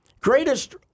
greatest